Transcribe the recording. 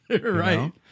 Right